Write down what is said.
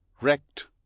wrecked